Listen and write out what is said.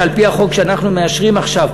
שעל-פי החוק שאנחנו מאשרים עכשיו,